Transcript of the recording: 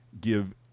give